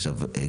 עכשיו,